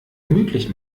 gemütlich